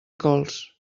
cols